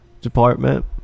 department